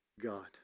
God